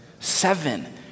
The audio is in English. Seven